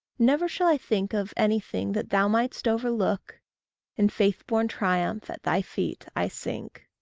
never shall i think of anything that thou mightst overlook in faith-born triumph at thy feet i sink.